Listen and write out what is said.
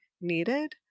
needed